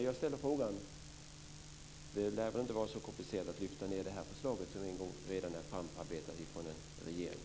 Jag ställer frågan: Det kan väl inte vara så komplicerat att lyfta fram förslaget som redan är framarbetat av en regering?